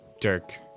Dirk